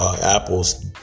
Apple's